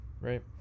Right